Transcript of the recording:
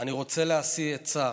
אני רוצה להשיא עצה